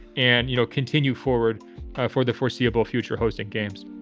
and, you know, continue forward for the foreseeable future. hosting games